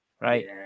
Right